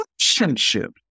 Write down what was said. relationship